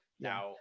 Now